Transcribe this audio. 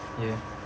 ya